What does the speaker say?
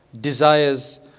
desires